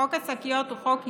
חוק השקיות הוא חוק היסטורי,